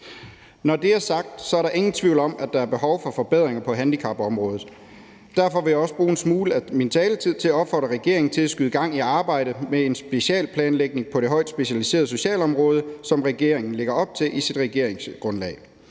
Når det er sagt, er der ingen tvivl om, at der er behov for forbedringer på handicapområdet. Derfor vil jeg også bruge en smule af min taletid på at opfordre regeringen til at skyde arbejdet i gang med en specialeplanlægning på det højt specialiserede socialområde, som regeringen lægger op til i sit regeringsgrundlag.